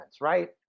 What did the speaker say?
right